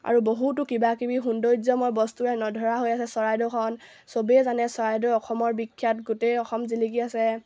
আৰু বহুতো কিবাকিবি সৌন্দৰ্যময় বস্তুৱে নধৰা হৈ আছে চৰাইদেউখন চবেই জানে চৰাইদেউ অসমৰ বিখ্যাত গোটেই অসম জিলিকি আছে